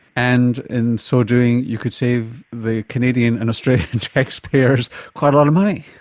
and in so doing you could save the canadian and australian taxpayers quite a lot of money.